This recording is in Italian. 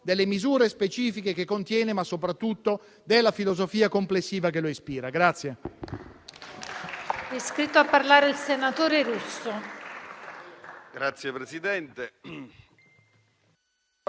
su misure specifiche che contiene, ma soprattutto sulla filosofia complessiva che lo ispira.